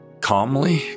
calmly